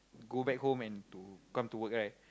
go back home and to come to work right